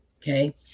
Okay